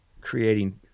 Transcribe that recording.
creating